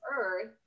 earth